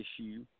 issue